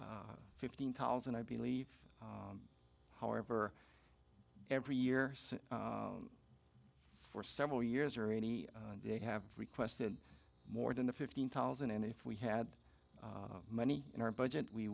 fifteen thousand i believe however every year for several years or any they have requested more than the fifteen thousand and if we had money in our budget we